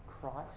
Christ